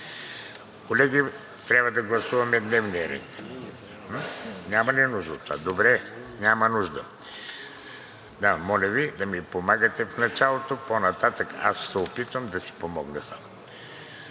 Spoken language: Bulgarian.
Колеги, трябва да гласуваме дневния ред. (Реплики.) Няма ли нужда? Добре, няма нужда. Моля Ви да ми помагате в началото, по-нататък аз ще се опитам да си помогна сам.